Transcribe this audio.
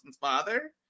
father